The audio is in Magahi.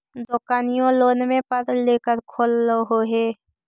दोकनिओ लोनवे पर लेकर खोललहो हे?